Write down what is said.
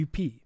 UP